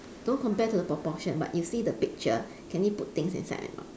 don't compare to the proportion but you see the picture can you put things inside or not